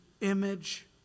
image